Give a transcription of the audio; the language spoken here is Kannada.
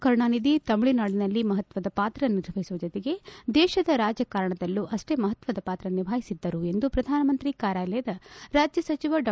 ಕರುಣಾನಿಧಿ ತಮಿಳುನಾಡಿನಲ್ಲಿ ಮಹತ್ವದ ಪಾತ್ರ ನಿರ್ವಹಿಸುವ ಜೊತೆಗೆ ದೇಶದ ರಾಜಕಾರಣದಲ್ಲೂ ಅಷ್ಸೇ ಮಹತ್ವದ ಪಾತ್ರ ನಿಭಾಯಿಸಿದ್ದರು ಎಂದು ಪ್ರಧಾನ ಮಂತ್ರಿ ಕಾರ್ಯಾಲಯದ ರಾಜ್ಯ ಸಚಿವ ಡಾ